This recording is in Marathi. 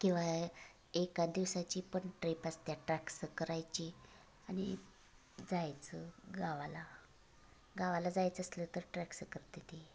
किवा एका दिवसाची पण ट्रिप असते ट्रॅक्स करायची आणि जायचं गावाला गावाला जायचं असलं तर ट्रॅक्स करतात